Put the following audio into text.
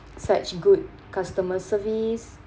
such good customer service